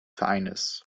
vereines